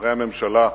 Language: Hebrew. שרי הממשלה,